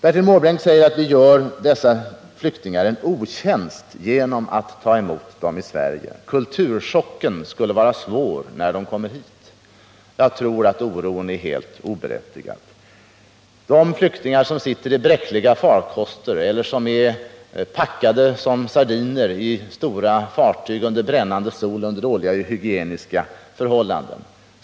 Bertil Måbrink säger att vi gör dessa flyktingar en otjänst genom att ta emot dem i Sverige. Kulturchocken skulle bli svår, när de kommer hit. Jag tror att den oron är helt oberättigad. Det gäller flyktingar som sitter i bräckliga farkoster eller är packade som sardiner i stora fartyg under brännande sol och med dåliga hygieniska förhållanden.